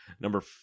Number